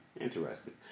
Interesting